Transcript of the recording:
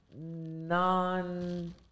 non